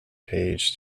page